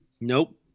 Nope